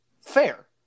fair